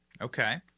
Okay